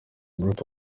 group